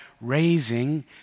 Raising